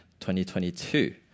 2022